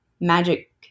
magic